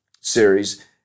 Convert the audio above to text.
series